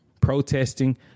protesting